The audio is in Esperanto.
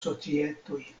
societoj